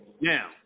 Now